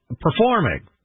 performing